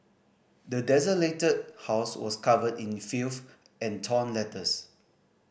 the desolated house was covered in filth and torn letters